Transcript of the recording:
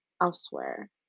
elsewhere